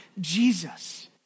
Jesus